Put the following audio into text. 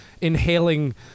inhaling